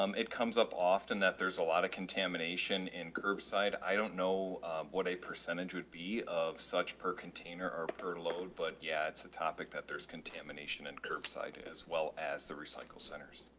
um it comes up often that there's a lot of contamination in curb side. i don't know what a percentage would be of such per container or per load, but yeah, it's a topic that there's contamination and curbside as well as the recycle centers.